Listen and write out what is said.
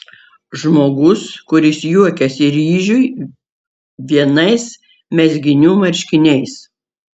žmogus kuris juokiasi ryžiui vienais mezginių marškiniais